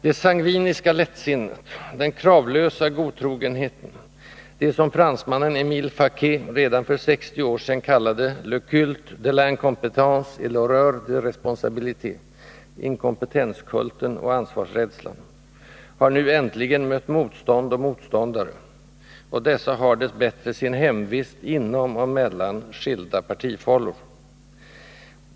Det sangviniska lättsinnet, den kravlösa godtrogenheten, det som fransmannen Emile Faguet redan för sextio år sedan kallade ”le culte de Pincompétence et I'horreur des responsabilités” har nu äntligen mött motstånd och motståndare, och dessa har, dessbättre, sin hemvist inom — och mellan — skilda partifållor.